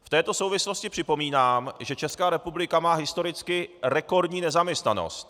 V této souvislosti připomínám, že Česká republika má historicky rekordní nezaměstnanost.